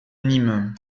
nîmes